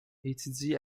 étudie